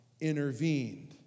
intervened